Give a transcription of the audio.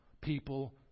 people